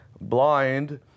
blind